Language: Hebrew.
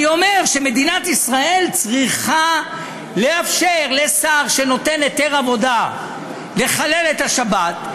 אני אומר שמדינת ישראל צריכה לאפשר לשר שנותן היתר עבודה לחלל את השבת,